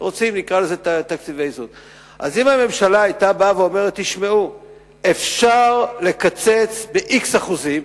אז אם הממשלה היתה אומרת: אפשר לקצץ ב-x אחוזים,